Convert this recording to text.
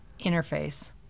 interface